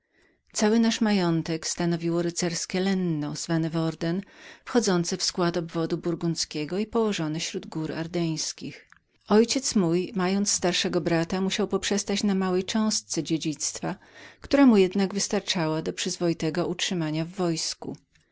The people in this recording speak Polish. cały nasz majątek składało rycerskie dominium nazwane worden zależące od burgundyi i położone śród gór ardeńskich ojciec mój mając starszego brata musiał poprzestać na małej cząstce dziedzictwa która mu jednak wystarczała do przyzwoitego utrzymania się w wojsku